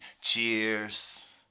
Cheers